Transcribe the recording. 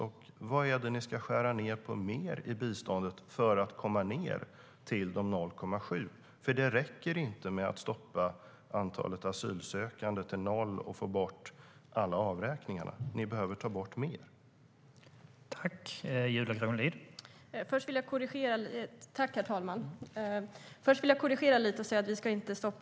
Och vad är det ni ska skära ned på mer i biståndet för att komma ned till 0,7? Det räcker nämligen inte att stoppa antalet asylsökande och få bort alla avräkningar. Ni behöver ta bort mer.